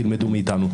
תלמדו מאיתנו.